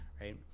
right